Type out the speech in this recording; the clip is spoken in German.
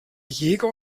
jäger